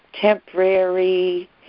temporary